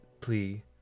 plea